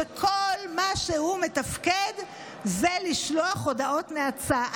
שכל מה שהוא מתפקד זה לשלוח הודעות נאצה.